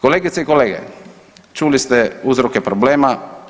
Kolegice i kolege, čuli ste uzroke problema.